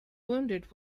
wounded